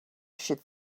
should